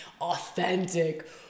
authentic